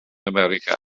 america